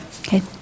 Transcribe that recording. Okay